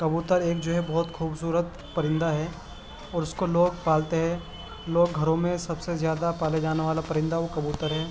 کبوتر ایک جو ہے بہت خوبصورت پرندہ ہے اور اس کو لوگ پالتے ہے لوگ گھروں میں سب سے زیادہ پالے جانے والا پرندہ وہ کبوتر ہے